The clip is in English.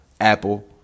Apple